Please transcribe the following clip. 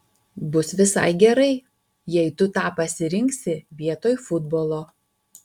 bus visai gerai jei tu tą pasirinksi vietoj futbolo